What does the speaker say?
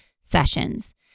sessions